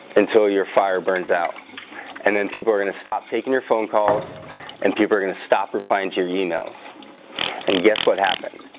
until your fire burns out and then people are gonna stop taking your phone calls and people are gonna stop replying to your emails and guess what happened